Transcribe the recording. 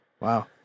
Wow